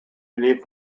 beneath